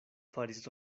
faris